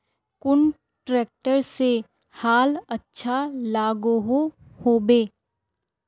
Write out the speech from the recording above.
कुन ट्रैक्टर से हाल अच्छा लागोहो होबे?